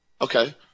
okay